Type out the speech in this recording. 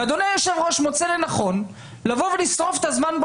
ואדוני היושב-ראש מוצא לנכון לבוא ולשרוף את הזמן פה